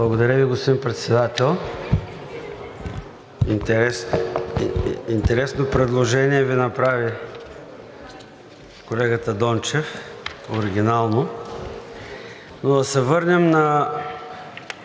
Благодаря Ви, господин Председател. Интересно предложение Ви направи колегата Дончев, оригинално. Но да се върнем на